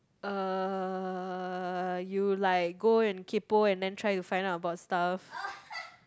uh you like go and kaypo and then try to find out about stuff